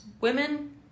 women